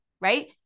right